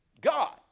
God